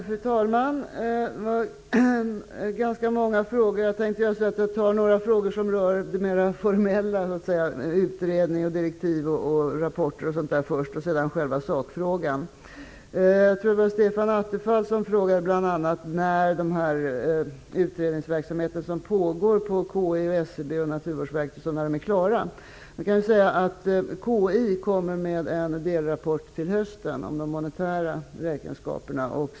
Fru talman! Det var ganska många frågor. Jag tar först några frågor som mera rör det formella -- utredningar, direktiv, rapporter osv. -- och sedan själva sakfrågan. Jag tror att det var Stefan Attefall som frågade när den utredningsverksamhet som pågår på KI, SCB och Naturvårdsverket är klar. KI kommer med en delrapport till hösten om de monetära räkenskaperna.